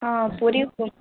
ହଁ ପୁରୀ